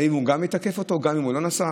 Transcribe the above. האם הוא גם יתקף אותו גם אם הוא לא נסע?